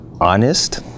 honest